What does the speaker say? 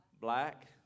Black